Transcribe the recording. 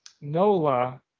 NOLA